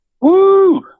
Woo